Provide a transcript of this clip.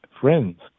friends